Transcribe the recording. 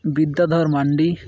ᱵᱤᱫᱽᱫᱟᱫᱷᱚᱨ ᱢᱟᱱᱰᱤ